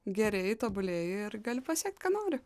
gerėji tobulėji ir gali pasiekt ką nori